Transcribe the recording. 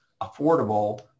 affordable